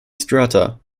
strata